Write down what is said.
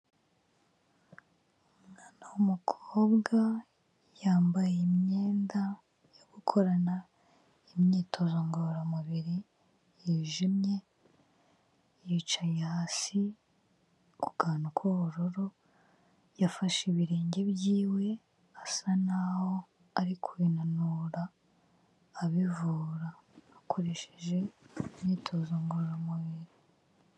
Umwana w'umukobwa yambaye imyenda yo gukorana imyitozo ngororamubiri yijimye yicaye hasi ku kantu k'ubururu yafashe ibirenge byiwe asa naho ari binanura abivura akoresheje imyitozo ngororamubiri.